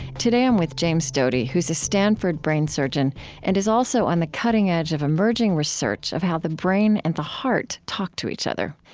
today, i'm with james doty, who's a stanford brain surgeon and is also on the cutting edge of emerging research of how the brain and the heart talk to each other.